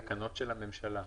תקנות של הממשלה.